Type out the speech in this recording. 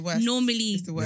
normally